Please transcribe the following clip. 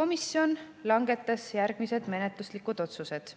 Komisjon langetas järgmised menetluslikud otsused: